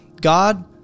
God